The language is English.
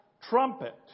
Trumpet